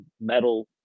metal